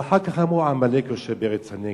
אבל אחר כך אמרו: עמלק יושב בארץ הנגב,